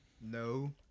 No